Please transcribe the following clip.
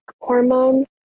hormone